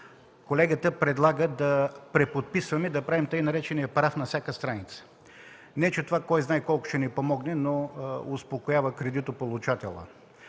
колегата предлага да преподписваме, да правим тъй наречения „параф” на всяка страница. Не че това койзнае колко ще ни помогне, но успокоява кредитополучателя.